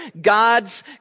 God's